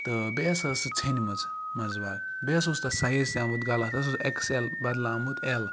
تہٕ بیٚیہِ ہَسا ٲسۍ سۄ ژھیٚنمٕژ مَنٛزباگ بیٚیہِ ہَسا اوس تَتھ سایِز تہِ آمُت غَلَط سُہ ہَسا اوس ایٚکٕس ایٚل بَدلہٕ آمُت ایٚل